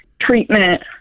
treatment